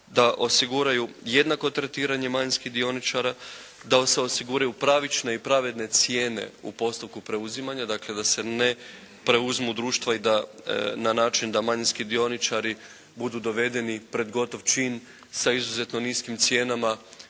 da osiguraju jednako tretiranje manjinskih dioničara, da se osiguraju pravične i pravedne cijene u postupku preuzimanja, dakle da se ne preuzmu društva i da na način da manjinski dioničari budu dovedeni pred gotov čin sa izuzetno niskim cijenama